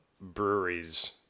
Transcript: breweries